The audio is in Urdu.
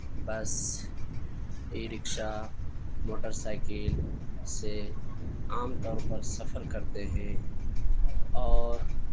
بس ای رکشہ موٹر سائیکل سے عام طور پر سفر کرتے ہیں اور